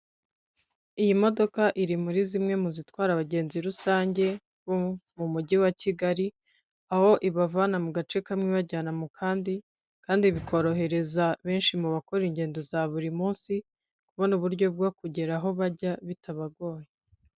Iyi modoka iri muri zimwe mu zitwara abagenzi rusange bo mu mujyi wa Kigali, aho ibavana mu gace kamwe bajyana mu kandi, kandi bikorohereza benshi mu bakora ingendo za buri munsi, kubona uburyo bwo kugera aho bajya bitabagoye.